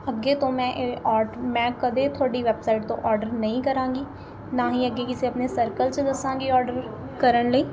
ਅੱਗੇ ਤੋਂ ਮੈਂ ਇਹ ਔਡ ਮੈਂ ਕਦੇ ਤੁਹਾਡੀ ਵੈਬਸਾਈਟ ਤੋਂ ਔਡਰ ਨਹੀਂ ਕਰਾਂਗੀ ਨਾ ਹੀ ਅੱਗੇ ਕਿਸੇ ਆਪਣੇ ਸਰਕਲ 'ਚ ਦੱਸਾਂਗੀ ਔਡਰ ਕਰਨ ਲਈ